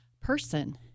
person